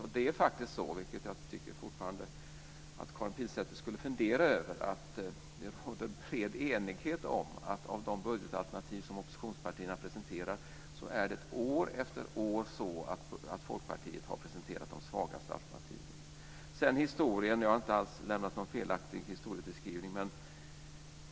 Det är faktiskt så, vilket jag fortfarande tycker att Karin Pilsäter skulle fundera över, att det råder bred enighet om att av de budgetalternativ som oppositionspartierna har presenterat har Folkpartiet år efter år presenterat de svagaste alternativen. När det gäller historien har jag inte alls gjort en felaktig historieskrivning.